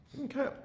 Okay